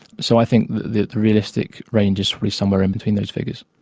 so i think the realistic range is probably somewhere in between those figures.